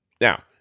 Now